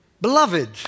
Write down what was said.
beloved